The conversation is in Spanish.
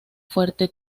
fuerte